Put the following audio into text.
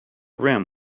rim